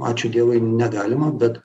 ačiū dievui negalima bet